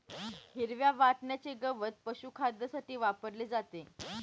हिरव्या वाटण्याचे गवत पशुखाद्यासाठी वापरले जाते